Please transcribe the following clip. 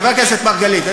חבר הכנסת מרגלית,